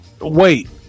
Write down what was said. Wait